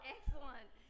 Excellent